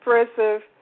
expressive